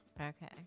Okay